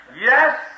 Yes